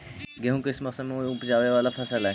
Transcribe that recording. गेहूं किस मौसम में ऊपजावे वाला फसल हउ?